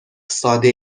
ساده